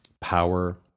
power